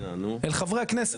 אל חברי הכנסת,